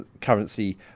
currency